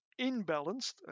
imbalanced